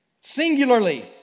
Singularly